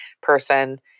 person